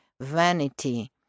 vanity